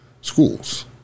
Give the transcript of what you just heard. schools